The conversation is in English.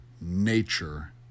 nature